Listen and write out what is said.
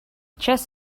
chess